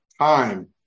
time